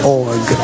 org